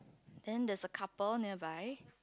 then there's a couple nearby